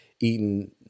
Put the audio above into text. eaten